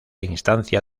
instancia